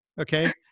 Okay